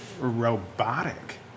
robotic